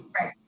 right